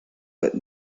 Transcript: but